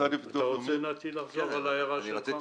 אתה רוצה לחזור על ההערה שלך?